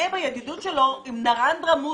מתגאה בידידות שלו עם ראש ממשלת הודו.